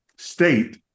state